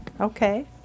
okay